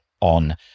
on